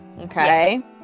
Okay